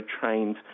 trained